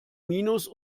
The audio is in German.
minus